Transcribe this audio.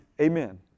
Amen